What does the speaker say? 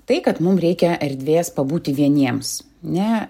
tai kad mum reikia erdvės pabūti vieniems ne